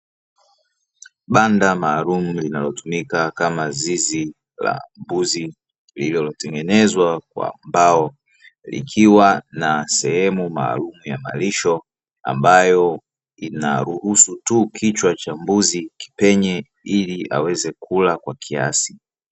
Banda maalumu linalotumika kama zizi la mbuzi lililotengenezwa kwa mbao, likiwa na sehemu maalumu ya malisho ambayo inaruhusu tu kichwa cha mbuzi kipenye ili aweze kula kwa kiasi.